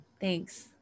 thanks